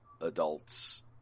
adults